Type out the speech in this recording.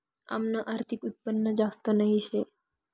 आमनं आर्थिक उत्पन्न जास्त नही शे